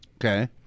Okay